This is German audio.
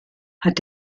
hat